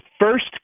first